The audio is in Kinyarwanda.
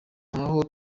ntaho